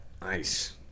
Nice